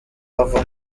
ava